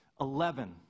Eleven